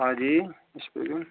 ہاں جی اسپیکنگ